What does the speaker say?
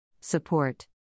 Support